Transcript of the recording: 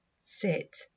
sit